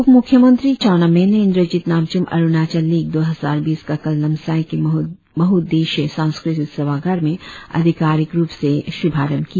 उपमुख्यमंत्री चाउना मेन ने इंद्रजीत नामचूम अरुणाचल लीग दो हजार बीस का कल नामसाई के बहुद्देशीय सांस्कृतिक सभागार में अधिकारिक रुप से इसका शुभारंभ किया